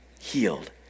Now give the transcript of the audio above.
healed